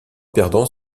perdants